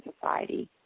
society